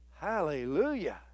hallelujah